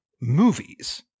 movies